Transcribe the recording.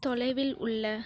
தொலைவில் உள்ள